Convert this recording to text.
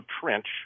Trench